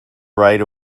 right